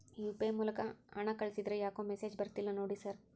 UPI ಮೂಲಕ ಹಣ ಕಳಿಸಿದ್ರ ಯಾಕೋ ಮೆಸೇಜ್ ಬರ್ತಿಲ್ಲ ನೋಡಿ ಸರ್?